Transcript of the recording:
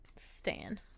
stan